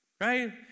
right